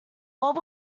what